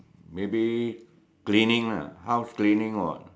maybe cleaning lah house cleaning or